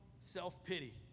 self-pity